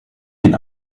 den